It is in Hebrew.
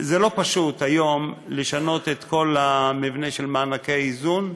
זה לא פשוט היום לשנות את כל המבנה של מענקי האיזון.